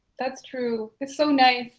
that's true. it's so nice.